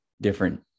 different